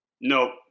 Nope